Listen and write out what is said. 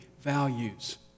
values